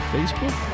Facebook